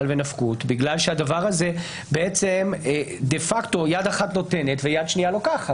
ונפקות בגלל שבדבר הזה דה-פקטו יד אחת נותנת ויד שנייה לוקחת.